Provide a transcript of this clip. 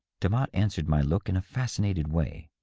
demotte answered my look in a fascinated way.